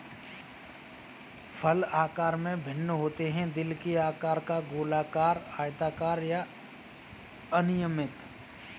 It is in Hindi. फल आकार में भिन्न होते हैं, दिल के आकार का, गोलाकार, आयताकार या अनियमित